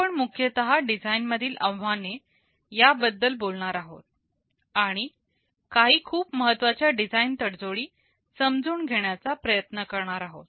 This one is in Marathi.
आपण मुख्यतः डिझाईन मधील आव्हाने या बद्दल बोलणार आहोत आणि काही खूप महत्त्वाच्या डिझाईन तडजोडी समजून घेण्याचा प्रयत्न करणार आहोत